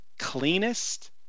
cleanest